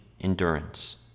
endurance